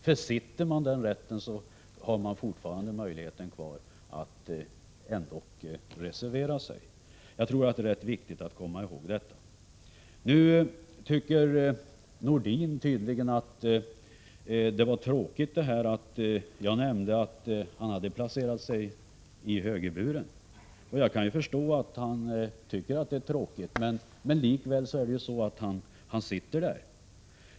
Försitter man den möjligheten har man fortfarande rätt att reservera sig. Jag tror det är viktigt att komma ihåg detta. Sven-Erik Nordin tycker tydligen att det var tråkigt att jag nämnde att han placerat sig i högerburen. Jag kan förstå att han tycker det är tråkigt, men likväl sitter han där.